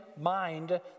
mind